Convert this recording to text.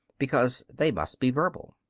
because they must be verbal.